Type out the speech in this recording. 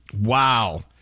Wow